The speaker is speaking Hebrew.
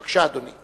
בבקשה, אדוני.